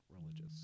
religious